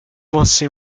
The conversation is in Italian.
mosse